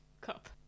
Cup